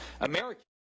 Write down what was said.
Americans